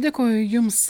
dėkoju jums